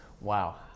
Wow